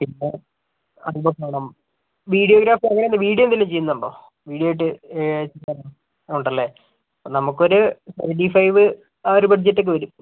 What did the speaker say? പിന്നെ ആൽബം വേണം വീഡിയോഗ്രാഫി അങ്ങനെന്തെങ്കിലും വീഡിയോ എന്തെങ്കിലും ചെയ്യുന്നുണ്ടോ വീഡിയോ ആയിട്ട് എന്തെങ്കിലും ഉണ്ടെല്ലേ നമുക്കൊരു ട്വന്റി ഫൈവ് ആ ഒരു ബഡ്ജറ്റ് ഒക്കെ വരും